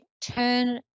turn